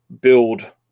build